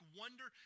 wonder